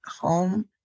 home